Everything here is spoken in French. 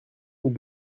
nous